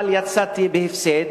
אבל יצאתי בהפסד,